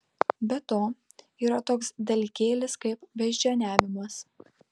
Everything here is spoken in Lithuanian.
be to yra toks dalykėlis kaip beždžioniavimas